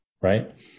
Right